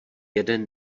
jeden